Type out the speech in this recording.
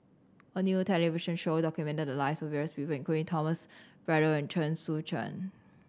a new television show documented the lives of various people including Thomas Braddell and Chen Sucheng